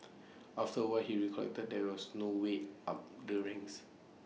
after A while he recollected there was no way up the ranks